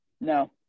No